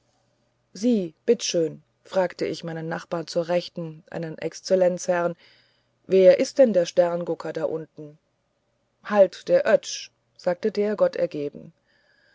sie bitt schön frage ich meinen nachbarn zur rechten einen exzellenzherrn wer is denn der sterngucker da unten halt der oetsch sagt der